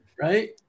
right